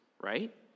right